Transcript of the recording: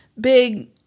big